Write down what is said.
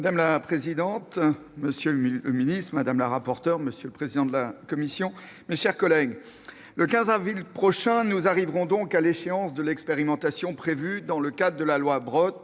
Madame la présidente, monsieur le ministre, madame la rapporteur, monsieur le président de la commission, mes chers collègues, le 15 avril prochain, nous arriverons à l'échéance de l'expérimentation prévue dans le cadre de la loi Brottes,